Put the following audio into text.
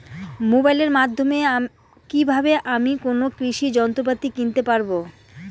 মোবাইলের মাধ্যমে কীভাবে আমি কোনো কৃষি যন্ত্রপাতি কিনতে পারবো?